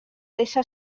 deixa